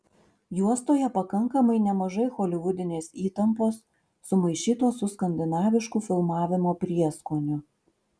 juostoje pakankamai nemažai holivudinės įtampos sumaišytos su skandinavišku filmavimo prieskoniu